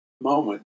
moment